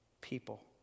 people